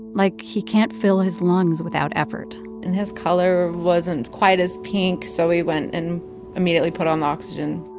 like he can't fill his lungs without effort and his color wasn't quite as pink, so we went and immediately put on the oxygen